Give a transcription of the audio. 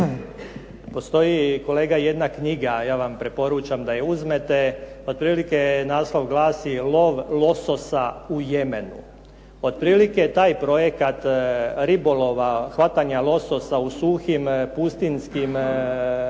Postoji kolega jedna knjiga, a ja vam preporučam da je uzmete. Otprilike naslov glasi "Lov lososa u Jemenu". Otprilike taj projekt ribolova, hvatanje lososa u suhim pustinjskim